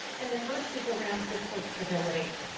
and the first is around fiscal stability.